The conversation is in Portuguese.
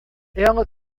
ela